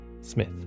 Smith